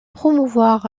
promouvoir